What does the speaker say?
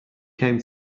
came